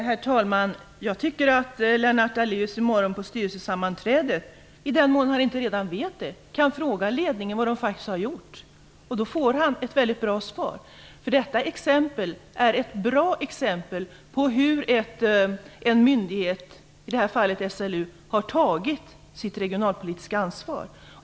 Herr talman! Jag tycker att Lennart Daléus i morgon på styrelsesammanträdet kan fråga ledningen vad den faktiskt har gjort, i den mån han inte redan vet det. Då får han ett mycket bra svar. Detta exempel är ett bra exempel på hur en myndighet, i det här fallet SLU, har tagit sitt regionalpolitiska ansvar.